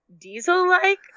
diesel-like